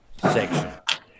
section